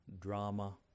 Drama